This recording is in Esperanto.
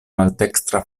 maldekstra